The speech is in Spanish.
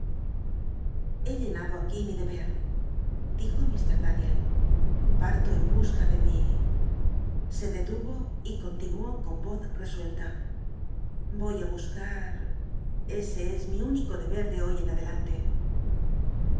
he llenado aquí mi deber dijo fr daniel parlo en busca de mi se dctui'o y con tinuó con oz resuelta voy li buscat ese es mi único deber de hoy en adelante